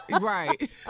Right